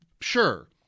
sure